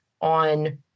on